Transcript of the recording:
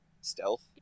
Stealth